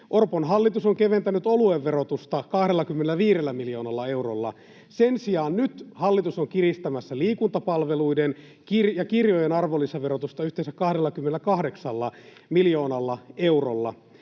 Orpon hallitus on keventänyt oluen verotusta 25 miljoonalla eurolla. Sen sijaan nyt hallitus on kiristämässä liikuntapalveluiden ja kirjojen arvonlisäverotusta yhteensä 28 miljoonalla eurolla.